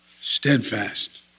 steadfast